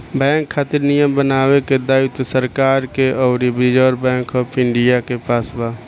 bank खातिर नियम बनावे के दायित्व सरकार के अउरी रिजर्व बैंक ऑफ इंडिया के पास बा